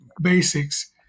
basics